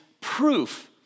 proof